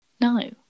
no